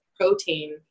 protein